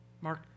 Mark